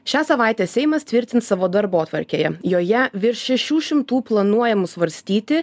šią savaitę seimas tvirtins savo darbotvarkėje joje virš šešių šimtų planuojamų svarstyti